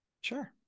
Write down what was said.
Sure